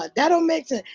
ah that don't make sense.